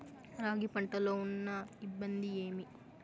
రాగి పంటలో ఉన్న ఇబ్బంది ఏమి?